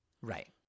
right